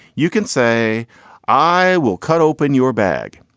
you can say i will cut open your bag.